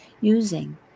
using